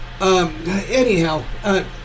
Anyhow